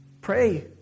Pray